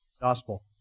gospel